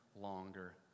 longer